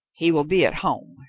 he will be at home,